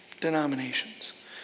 denominations